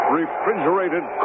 refrigerated